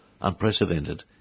unprecedented